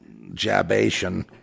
jabation